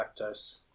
lactose